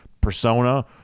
persona